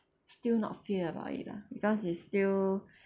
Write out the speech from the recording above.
still not fear about it lah because it's still